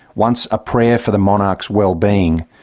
once a prayer for the monarch's well-being,